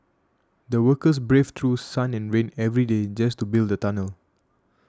the workers braved through sun and rain every day just to build the tunnel